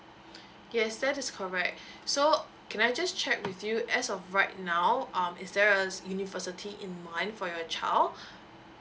yes that is correct so can I just check with you as of right now um is there a university in mind for your child